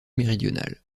méridionale